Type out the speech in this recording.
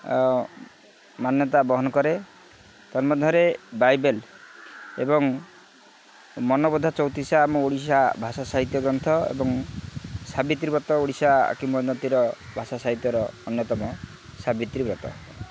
ମାନ୍ୟତା ବହନ କରେ ତନ୍ମଧ୍ୟରେ ବାଇବେଲ୍ ଏବଂ ମନବୋଧ ଚଉତିଶା ଆମ ଓଡ଼ିଶା ଭାଷା ସାହିତ୍ୟ ଗ୍ରନ୍ଥ ଏବଂ ସାବିତ୍ରୀ ବ୍ରତ ଓଡ଼ିଶା କିମ୍ବଦନ୍ତୀ ଭାଷା ସାହିତ୍ୟର ଅନ୍ୟତମ ସାବିତ୍ରୀ ବ୍ରତ